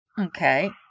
Okay